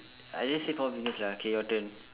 I just say four fingers lah K your turn